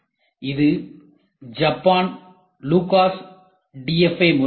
இது Japan LUCAS DFA முறையாகும்